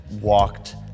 walked